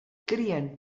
crien